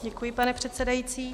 Děkuji, pane předsedající.